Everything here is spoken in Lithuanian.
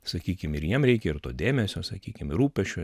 sakykim ir jiem reikia ir to dėmesio sakykim rūpesčio